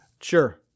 Sure